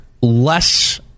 less